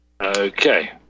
Okay